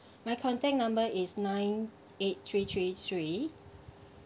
my contact number is nine eight three three three